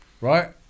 right